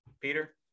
Peter